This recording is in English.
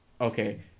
okay